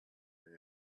man